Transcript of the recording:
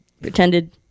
pretended